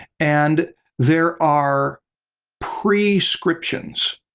and there are prescriptions,